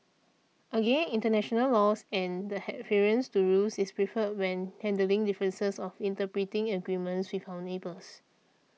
again international laws and the to rules is preferred when handling differences of interpreting agreements with our neighbours